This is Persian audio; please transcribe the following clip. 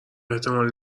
احتمال